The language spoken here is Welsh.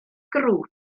grŵp